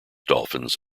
dolphins